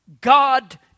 God